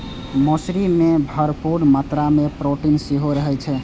मौसरी मे भरपूर मात्रा मे प्रोटीन सेहो रहै छै